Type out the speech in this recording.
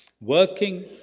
Working